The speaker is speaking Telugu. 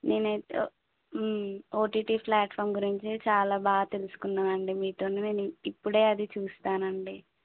నేను అయితే ఓటీటీ ప్లాట్ఫామ్ గురించి చాలా బాగా తెలుసుకున్నాను అండి మీతో నేను ఇప్పుడే అది చూస్తాను అండి